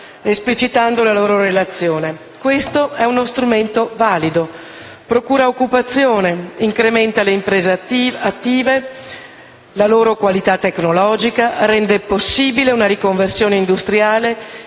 nell'esplicitare la loro relazione: si tratta di uno strumento valido che procura occupazione; incrementa le imprese attive e la loro qualità tecnologica; rende possibile una riconversione industriale;